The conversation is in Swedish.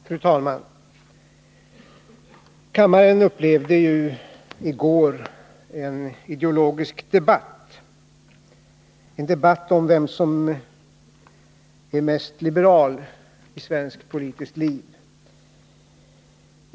Fru talman! Kammaren upplevde i går en ideologisk debatt, en debatt om vem som är mest liberal i svenskt politiskt liv.